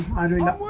hundred